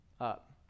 up